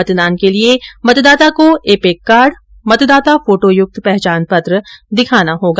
मतदान के लिए मतदाता को इपिक कार्ड मतदाता फोटो युक्त पहचान पत्र दिखाना होगा